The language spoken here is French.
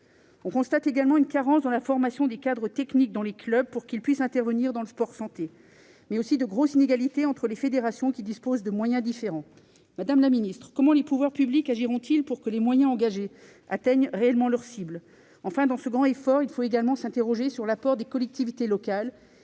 On constate également une carence dans la formation des cadres techniques dans les clubs pour qu'ils puissent intervenir dans le sport-santé, mais également de grosses inégalités entre les fédérations, dont les moyens sont différents. Madame la ministre, comment les pouvoirs publics agiront-ils pour que les moyens engagés atteignent réellement leur cible ? Enfin, dans ce grand effort, il faut également s'interroger sur l'apport des collectivités locales,